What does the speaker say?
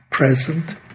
present